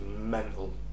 mental